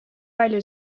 palju